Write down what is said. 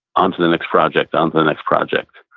onto the next project. onto the next project.